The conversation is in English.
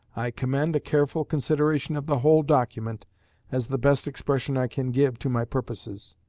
i commend a careful consideration of the whole document as the best expression i can give to my purposes.